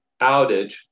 outage